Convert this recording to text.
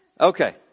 Okay